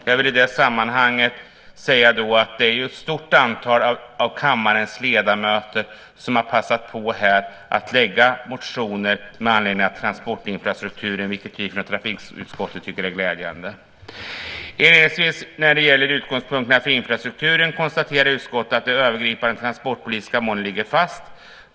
Jag vill i det sammanhanget säga att ett stort antal av kammarens ledamöter har passat på att väcka motioner med anledning av förslaget om transportinfrastrukturen, vilket vi från trafikutskottet tycker är glädjande. När det gäller utgångspunkterna för infrastrukturen konstaterar utskottet att de övergripande transportpolitiska målen ligger fast.